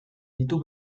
ditu